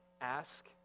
ask